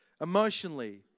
emotionally